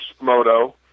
Moto